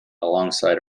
alongside